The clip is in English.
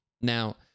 Now